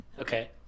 Okay